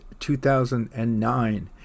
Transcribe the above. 2009